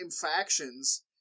factions